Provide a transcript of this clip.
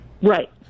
Right